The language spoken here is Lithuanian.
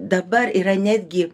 dabar yra netgi